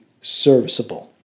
serviceable